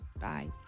Bye